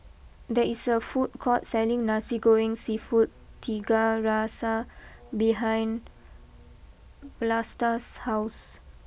there is a food court selling Nasi Goreng Seafood Tiga Rasa behind Vlastas house